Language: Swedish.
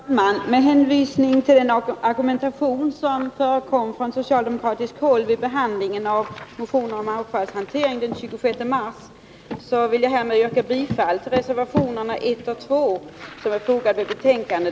Herr talman! Med hänvisning till den argumentation som framfördes från socialdemokratiskt håll vid kammarens behandling av motionerna om avfallshantering den 26 mars vill jag härmed yrka till bifall till reservationerna 1 och 2 vid utskottets betänkade.